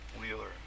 wheeler